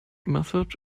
method